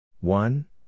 One